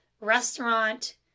restaurant